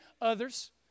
Others